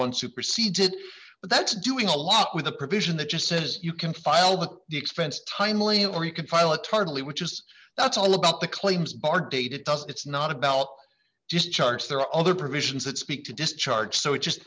one supersedes it but that's doing a lot with a provision that just says you can file with the expense timely or you could pilot tardily which is that's all about the claims our data does it's not about just charts there are other provisions that speak to discharge so it's just